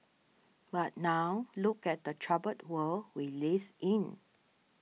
but now look at the troubled world we live in